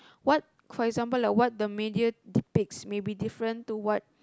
what for example like what the media depicts maybe different to what